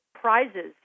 prizes